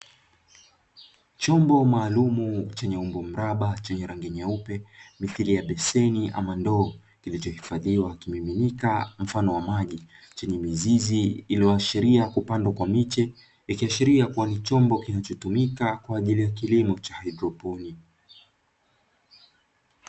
Chombo maalumu chenye umbo mraba chenye rangi nyeupe mithili ya beseni ama ndoo kilichohifadhiwa kimiminika mfano wa maji, chenye mizizi iliyoashiria kupandwa kwa miche ikiashiria kuwa ni chombo kinachotumika kwa ajili ya kilimo cha haidroponi.